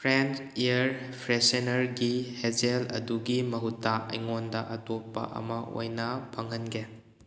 frank ꯏꯌꯔ ꯐ꯭ꯔꯦꯁꯅꯔꯒꯤ ꯍꯦꯖꯦꯜ ꯑꯗꯨꯒꯤ ꯃꯍꯨꯠꯇ ꯑꯩꯉꯣꯟꯗ ꯑꯇꯣꯞꯄ ꯑꯃ ꯑꯣꯏꯅ ꯐꯪꯍꯟꯒꯦ